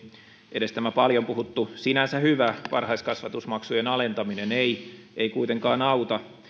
edes tämä paljon puhuttu sinänsä hyvä varhaiskasvatusmaksujen alentaminen ei ei kuitenkaan auta